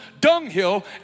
dunghill